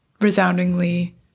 resoundingly